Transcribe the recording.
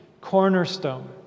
Cornerstone